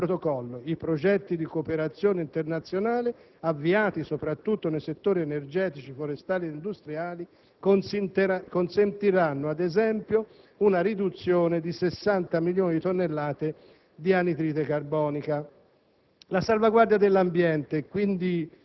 proseguire sulla strada dell'utilizzo dei meccanismi flessibili previsti dal Protocollo. I progetti di cooperazione internazionale, avviati soprattutto nei settori energetici, forestali ed industriali, consentiranno, ad esempio, di ottenere una riduzione di 60 milioni di tonnellate